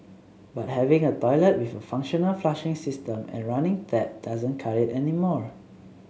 but having a toilet with a functional flushing system and running tap doesn't cut it anymore